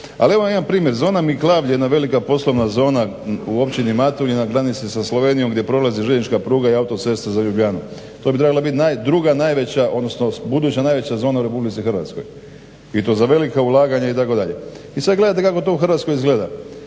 Ali evo jedan primjer, zona Miklavlje, jedna velika poslovna zona u Općini Matulji na granici sa Slovenijom gdje prolazi željeznička pruga i autocesta za Ljubljanu. To bi trebala biti druga najveća, odnosno buduća najveća zona u RH. I to za velika ulaganja itd. I sad gledajte kako to u Hrvatskoj izgleda.